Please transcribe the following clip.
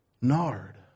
nard